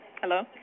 Hello